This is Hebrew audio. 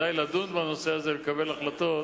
לדון בנושא הזה ולקבל החלטות